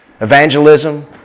evangelism